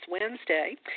Wednesday